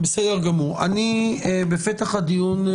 בפתח הדיון,